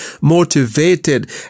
motivated